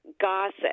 gossip